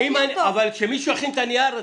אבל שמישהו יכין את הנייר הזה.